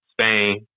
Spain